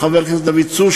לחבר הכנסת דוד צור,